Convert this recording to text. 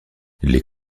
les